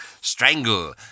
strangle